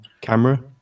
camera